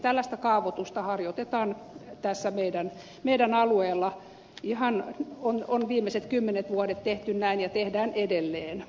tällaista kaavoitusta harjoitetaan tässä meidän alueellamme ihan on viimeiset kymmenet vuodet tehty näin ja tehdään edelleen